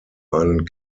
einen